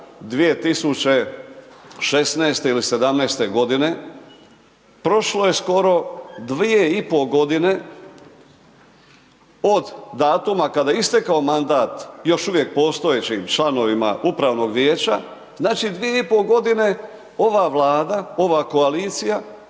2016. ili '17. g. prošlo je skoro 2,5 godine, od datuma kada je istekao mandat još uvijek postojećim članovima Upravnog vijeća, znači 2,5 godine, ova Vlada, ova koalicija